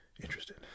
interested